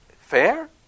Fair